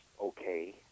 okay